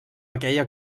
aquella